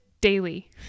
daily